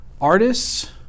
artists